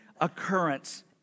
occurrence